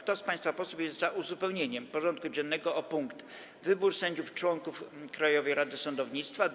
Kto z państwa posłów jest za uzupełnieniem porządku dziennego o punkt: Wybór sędziów członków Krajowej Rady Sądownictwa,